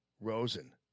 Rosen